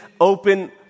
open